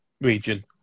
region